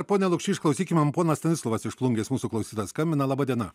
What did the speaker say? pone lukšy išklausykime m ponas stanislovas iš plungės mūsų klausytojas skambina laba diena